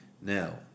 Now